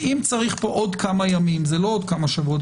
אם צריך פה עוד כמה ימים זה לא עוד כמה שבועות,